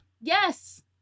Yes